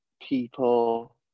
people